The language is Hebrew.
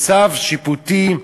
בצו שיפוטי,